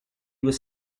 was